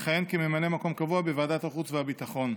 יכהן כממלא מקום קבוע בוועדת החוץ והביטחון.